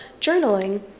journaling